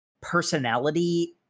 personality